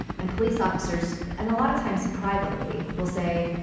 and police officers and a lot of times privately will say,